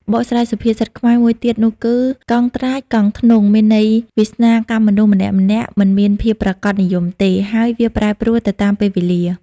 បកស្រាយសុភាសិតខ្មែរ មួយទៀតនោះគឺ កង់ត្រាចកង់ធ្នង់ មានន័យ វាសនាកម្មមនុស្សម្នាក់ៗមិនមានភាពប្រាកដនិយមទេ ហើយវាប្រែប្រួលទៅតាមពេលវេលា ។